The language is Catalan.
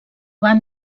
van